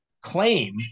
claim